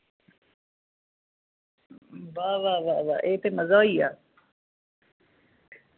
वाह् वाह् वाह् वाह् एह् ते मजा होइया